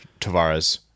Tavares